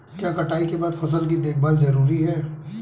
क्या कटाई के बाद फसल की देखभाल जरूरी है?